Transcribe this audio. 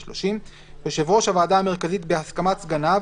יושב ראש הוועדה המרכזית, בהסכמת סגניו,